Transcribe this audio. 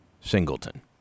Singleton